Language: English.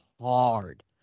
Hard